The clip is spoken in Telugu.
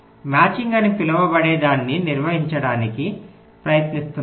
మ్యాచింగ్ అని పిలువబడేదాన్ని నిర్వచించడానికి ప్రయత్నిస్తున్నాము